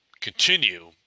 continue